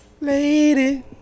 lady